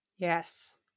yes